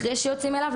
אחרי שיוצאים אליו,